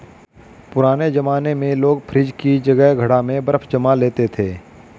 पुराने जमाने में लोग फ्रिज की जगह घड़ा में बर्फ जमा लेते थे